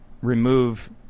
remove